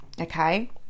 okay